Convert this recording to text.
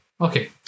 Okay